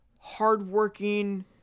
hardworking